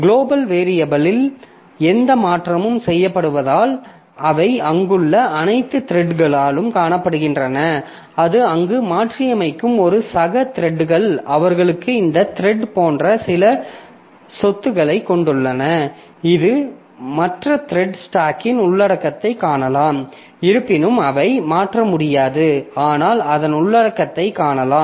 global வேரியபிலில் எந்த மாற்றமும் செய்யப்படுவதால் அவை அங்குள்ள அனைத்து த்ரெட்களாலும் காணப்படுகின்றன அது அங்கு மாற்றியமைக்கும் ஒரு சக த்ரெட்கள் அவர்களுக்கு இந்த த்ரெட் போன்ற சில சொத்துக்களைக் கொண்டுள்ளன இது மற்ற த்ரெட் ஸ்டாக்கின் உள்ளடக்கத்தைக் காணலாம் இருப்பினும் அதை மாற்ற முடியாது ஆனால் அதன் உள்ளடக்கத்தைக் காணலாம்